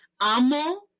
amo